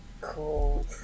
Cool